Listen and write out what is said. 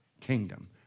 kingdom